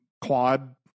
Quad